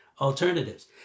alternatives